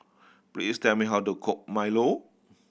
please tell me how to cook milo